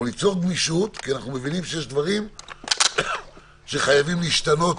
ניצור גמישות כי אנחנו מבינים שיש דברים שחייבים להשתנות